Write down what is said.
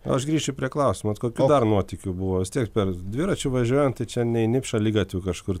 aš grįšiu prie klausimo vat kokių dar nuotykių buvo vis tiek per dviračiu važiuojant tai čia neini šaligatviu kažkur